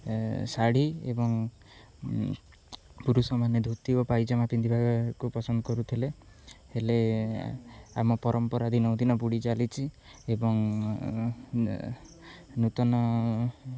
ଶାଢ଼ୀ ଏବଂ ପୁରୁଷମାନେ ଧୋତି ଓ ପାଇଜାମା ପିନ୍ଧିବାକୁ ପସନ୍ଦ କରୁଥିଲେ ହେଲେ ଆମ ପରମ୍ପରା ଦିନକୁ ଦିନ ବୁଡ଼ି ଚାଲିଛିି ଏବଂ ନୂତନ